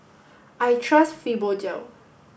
I trust Fibogel